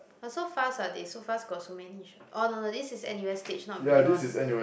but so fast ah they so fast got so many niche oh no no no this is N_U_S-stage not beyond